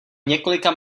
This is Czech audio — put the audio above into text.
několika